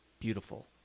beautiful